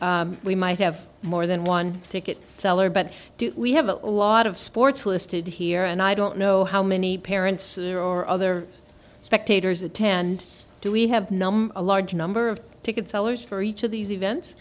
we might have more than one ticket seller but do we have a lot of sports listed here and i don't know how many parents or other spectators attend do we have numb a large number of ticket sellers for each of these events